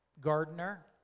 gardener